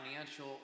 financial